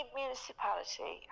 municipality